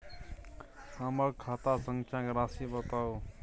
हमर खाता संख्या के राशि बताउ